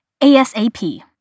ASAP